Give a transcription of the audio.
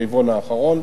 ברבעון האחרון,